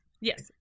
Yes